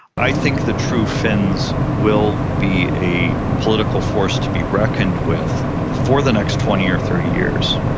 i think the true finns will be a political force to be reckoned with for the next twenty or thirty years.